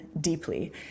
deeply